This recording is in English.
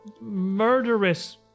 murderous